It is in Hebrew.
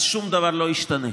אז שום דבר לא ישתנה.